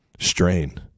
strain